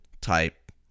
type